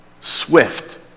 swift